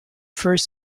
first